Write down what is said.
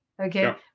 Okay